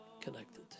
connected